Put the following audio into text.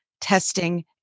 testing